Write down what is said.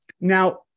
Now